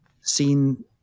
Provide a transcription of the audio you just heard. seen